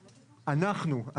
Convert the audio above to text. אנחנו,